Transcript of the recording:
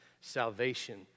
salvation